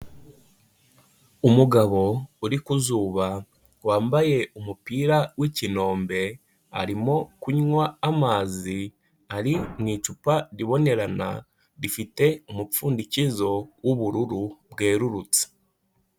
Umugabo uri ku zuba, wambaye umupira w'ikinombe; arimo kunywa amazi ari mu icupa ribonerana, rifite umupfundikizo w'ubururu bwerurutse.